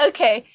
Okay